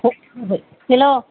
hello